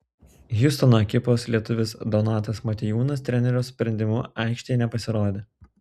hjustono ekipos lietuvis donatas motiejūnas trenerio sprendimu aikštėje nepasirodė